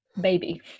baby